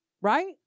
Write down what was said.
Right